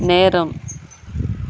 நேரம்